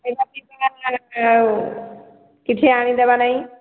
ଏଇଟା ଆଉ କିଛି ଆଣିଦେବା ନାଇଁ